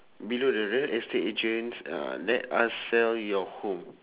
below the real estate agents uh let us sell your home